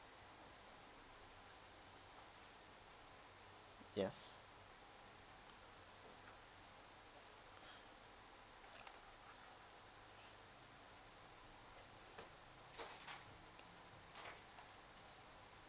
yes